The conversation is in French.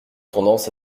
tendance